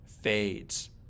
fades